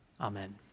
Amen